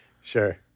Sure